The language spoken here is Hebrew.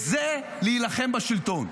להילחם בשלטון.